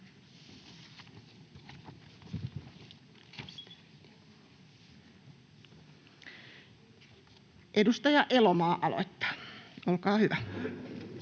Edustaja Elomaa aloittaa. — Olkaa hyvä.